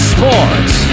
Sports